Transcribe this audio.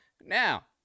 Now